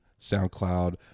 SoundCloud